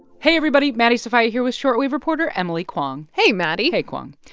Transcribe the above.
hey, everybody. maddie sofia here with short wave reporter emily kwong hey, maddie hey, kwong.